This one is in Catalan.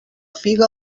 figa